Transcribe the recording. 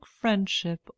friendship